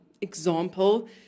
example